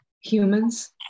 humans